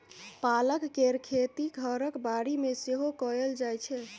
पालक केर खेती घरक बाड़ी मे सेहो कएल जाइ छै